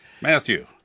Matthew